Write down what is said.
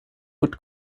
would